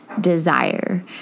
desire